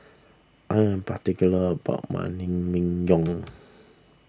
I am particular about my Naengmyeon